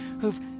who've